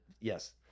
yes